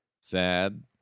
sad